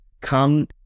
come